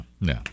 no